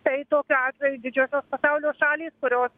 tai tokiu atveju didžiosios pasaulio šalys kurios